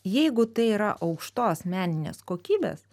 jeigu tai yra aukštos meninės kokybės